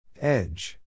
Edge